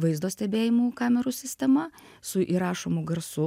vaizdo stebėjimų kamerų sistema su įrašomų garsu